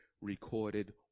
recorded